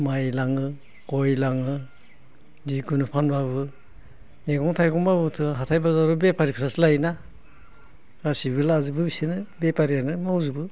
माइ लाङो गय लाङो जिखुनु फानबाबो मैगं थाइगंबाबोथ' हाथाइ बाजारावहा बेपारिफ्रासो लायोना गासैबो लाजोबो बिसोरो बेपारियानो मावजोबो